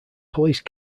police